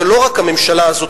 זו לא רק הממשלה הזאת,